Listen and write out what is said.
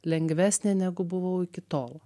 lengvesnė negu buvau iki tol